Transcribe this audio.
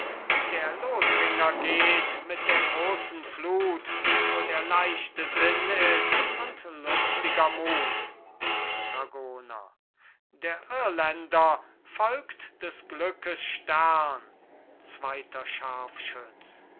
der lothringer geht mit der großen flut wo der leichte sinn ist und lustiger mut dragoner der irländer folgt des glückes stern zweiter